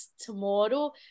tomorrow